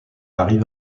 arrive